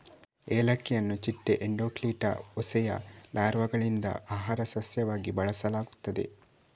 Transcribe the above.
ಏಲಕ್ಕಿಯನ್ನು ಚಿಟ್ಟೆ ಎಂಡೋಕ್ಲಿಟಾ ಹೋಸೆಯ ಲಾರ್ವಾಗಳಿಂದ ಆಹಾರ ಸಸ್ಯವಾಗಿ ಬಳಸಲಾಗುತ್ತದೆ